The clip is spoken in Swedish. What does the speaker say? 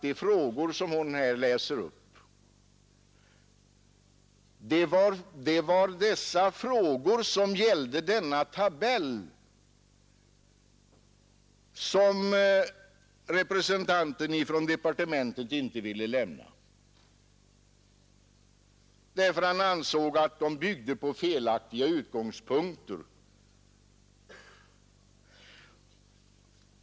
De frågor som fru Nettelbrandt här läste upp gällde den tabell som representanten från departementet inte ville lämna i utskottet. Anledningen till detta var att han ansåg att den utgick från felaktiga utgångspunkter.